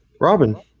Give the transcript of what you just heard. Robin